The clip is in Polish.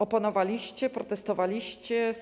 Oponowaliście, protestowaliście?